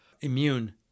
immune